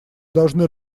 должны